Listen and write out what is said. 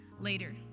later